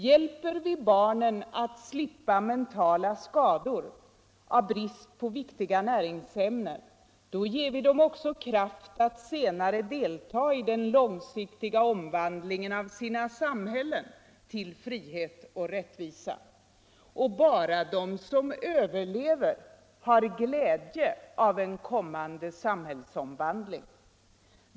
Hjälper vi barnen att slippa mentala skador av brist på viktiga näringsämnen, då ger vi dem också kraft att senare delta i den långsiktiga omvandlingen av sina samhällen till frihet och rättvisa. Och bara de som överlever har glädje av en kommande samhällsomvandling.